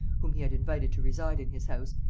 whom he had invited to reside in his house,